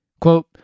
quote